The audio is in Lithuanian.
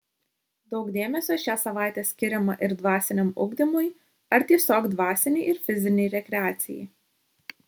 daug dėmesio šią savaitę skiriama ir dvasiniam ugdymui ar tiesiog dvasinei ir fizinei rekreacijai